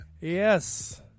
Yes